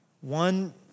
One